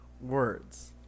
words